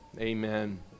Amen